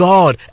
God